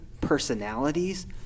personalities